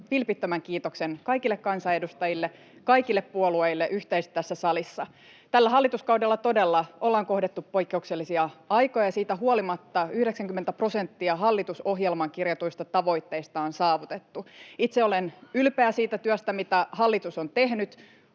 vilpittömän kiitoksen kaikille kansanedustajille, kaikille puolueille yhteisesti tässä salissa. Tällä hallituskaudella todella ollaan kohdattu poikkeuksellisia aikoja. Siitä huolimatta 90 prosenttia hallitusohjelmaan kirjatuista tavoitteista on saavutettu. Itse olen ylpeä siitä työstä, mitä hallitus on tehnyt,